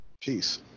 peace